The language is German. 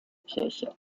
kirche